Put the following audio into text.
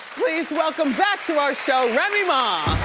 please welcome back to our show, remy ma.